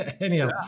Anyhow